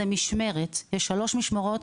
יש שלוש משמרת,